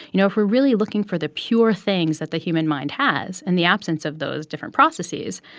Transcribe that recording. you know, if we're really looking for the pure things that the human mind has and the absence of those different processes,